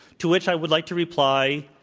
to which i would like to reply,